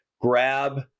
grab